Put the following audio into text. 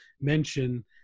mention